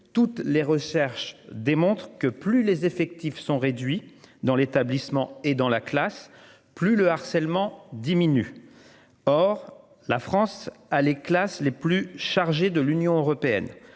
Toutes les recherches démontrent que plus les effectifs sont réduits dans l'établissement et dans la classe plus le harcèlement diminue. Or la France a les classes les plus chargés de l'Union européenne